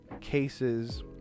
cases